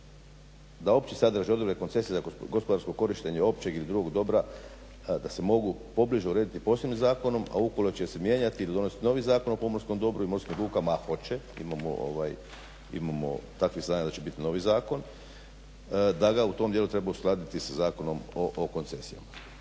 da opći sadržaj odredbe koncesije, gospodarsko korištenja općeg i drugog dobra, da se mogu pobliže urediti posebnim zakonom a ukoliko će se mijenjati ili donositi novi Zakon o pomorskom dobru i morskim lukama a hoće, imamo takvih saznanja da će biti novi zakon, da ga u tom tijelu treba uskladiti sa Zakonom o koncesijama.